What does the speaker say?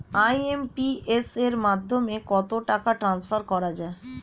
IMPS এর মাধ্যমে কত টাকা ট্রান্সফার করা যায়?